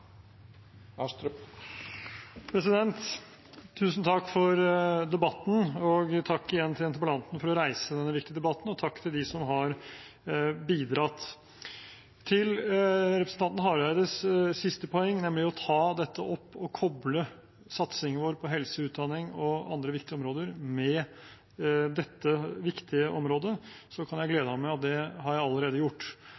oppfordringa. Tusen takk for debatten, og igjen takk til interpellanten for å reise denne viktige debatten, og takk til dem som har bidratt. Til representanten Hareides siste poeng, nemlig å ta dette opp og koble satsingen vår på helse, utdanning og andre viktige områder med dette viktige området, kan jeg